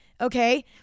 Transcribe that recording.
okay